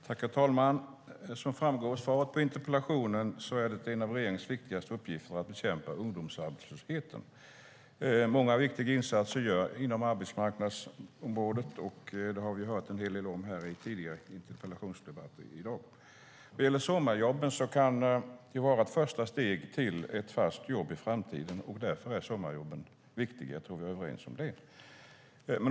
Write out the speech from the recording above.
Herr talman! Som framgår av svaret på interpellationen är en av regeringens viktigaste uppgifter att bekämpa ungdomsarbetslösheten. Många viktiga insatser görs inom arbetsmarknadsområdet. Det har vi hört en hel del om i tidigare interpellationsdebatter i dag. Sommarjobb kan vara ett första steg till ett fast jobb i framtiden, och därför är sommarjobben viktiga. Jag tror att vi är överens om det.